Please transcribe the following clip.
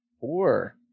Four